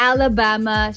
Alabama